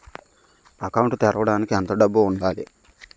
Account తెరవడానికి ఎంత డబ్బు ఉండాలి?